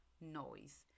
noise